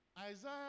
Isaiah